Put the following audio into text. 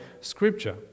Scripture